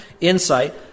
insight